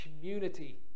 community